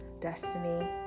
destiny